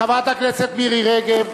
חברת הכנסת מירי רגב.